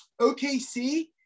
OKC